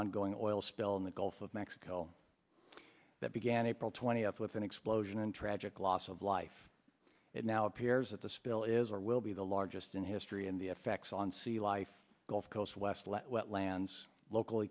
ongoing oil spill in the gulf of mexico that began april twentieth with an explosion and tragic loss of life it now appears at the spill is or will be the largest in history in the effects on sea life gulf coast west let wetlands local